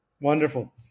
Wonderful